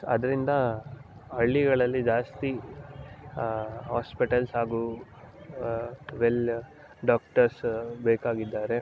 ಆದ್ದರಿಂದ ಹಳ್ಳಿಗಳಲ್ಲಿ ಜಾಸ್ತಿ ಆಸ್ಪೆಟಲ್ಸ್ ಹಾಗು ವೆಲ್ ಡಾಕ್ಟರ್ಸ್ ಬೇಕಾಗಿದ್ದಾರೆ